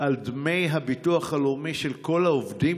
על דמי הביטוח הלאומי של כל העובדים